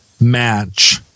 match